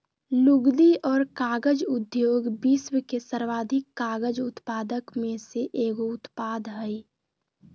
लुगदी और कागज उद्योग विश्व के सर्वाधिक कागज उत्पादक में से एगो उत्पाद हइ